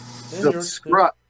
subscribe